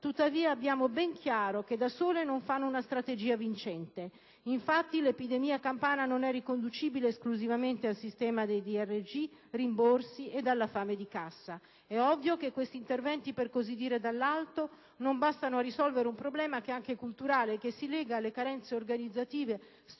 tuttavia abbiamo ben chiaro che da sole esse non fanno una strategia vincente. Infatti, l'epidemia campana non è riconducibile esclusivamente al sistema dei DRG, ai rimborsi ed alla fame di cassa. È ovvio che questi interventi dall'alto non bastano a risolvere un problema che è anche culturale e che si lega alle carenze organizzative e strutturali